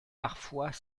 parfois